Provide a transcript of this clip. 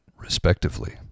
respectively